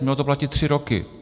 Ono to platí tři roky.